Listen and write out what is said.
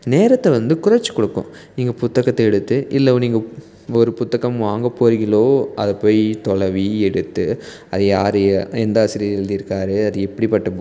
நேரத்தை வந்து குறைச்சி கொடுக்கும் நீங்கள் புத்தகத்தை எடுத்து இல்லை நீங்கள் ஒரு புத்தகம் வாங்க போகிறிங்களோ அதை போய் தொலவி எடுத்து அதை யாரு எந்த ஆசிரியர் எழுதியிருக்காரு அது எப்படிப்பட்ட புக்கு